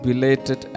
Related